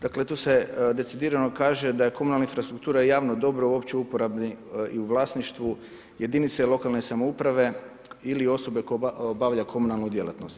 Dakle, tu se decidirano kaže da je komunalna infrastruktura javno dobro u općoj uporabi i u vlasništvu jedinice lokalne samouprave ili osobe koja obavlja komunalnu djelatnost.